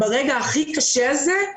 ברגע הכי קשה הזה,